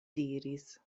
diris